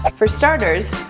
like for starters,